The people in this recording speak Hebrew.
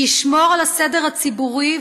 שישמור על הסדר הציבורי,